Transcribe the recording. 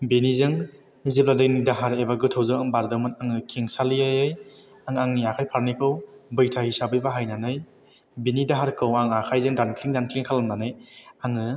बेजों जेब्ला दैनि दाहार एबा गोथौजों बारदोंमोन आङो खेंसालियायै आं आंनि आखाइ फारनैखौ बैथा हिसाबै बाहायनानै बिनि दाहारखौ आं आखाइजों दानख्लिं दानख्लिं खालामनानै आङो